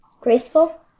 graceful